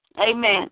Amen